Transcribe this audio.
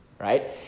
right